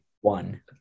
One